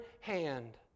hand